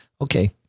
Okay